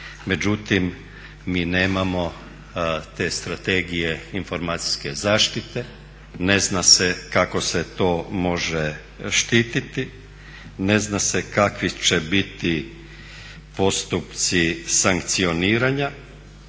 međutim mi nemamo te strategije informacijske zaštite. Ne zna se kako se to može štititi, ne zna se kakvi će biti postupci sankcioniranja